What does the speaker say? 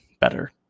better